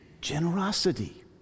Generosity